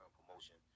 promotion